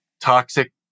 toxic